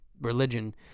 religion